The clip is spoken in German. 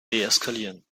deeskalieren